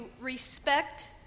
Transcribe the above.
respect